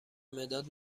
مداد